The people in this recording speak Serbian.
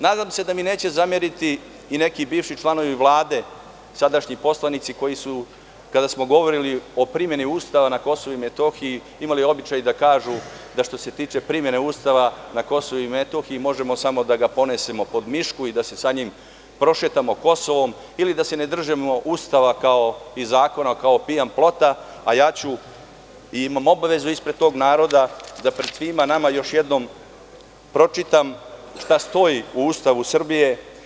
Nadam se da mi neće zameriti i neki bivši članovi Vlade, sadašnji poslanici, koji su kada smo govorili o primeni Ustava na Kosovu i Metohiji imali običaj da kažu da što se tiče primene Ustava na Kosovu i Metohiji možemo samo da ga ponesemo pod mišku i da se sa njim prošetamo Kosovom ili da se ne držimo Ustava i zakona kao pijan plota, a ja ću, i imam obavezu ispred tog naroda, da pred svima nama još jednom pročitam šta stoji u Ustavu Srbije.